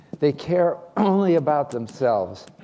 they care only about themselves.